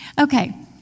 okay